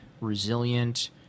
resilient